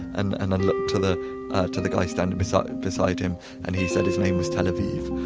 and and i looked to the to the guy standing beside beside him and he said his name was tel aviv.